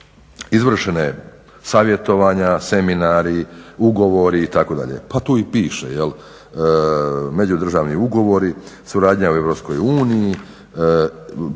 izvršene savjetovanja, seminari, ugovori, itd. Pa tu i piše, međudržavni ugovori, suradnja u EU jačanje